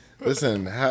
Listen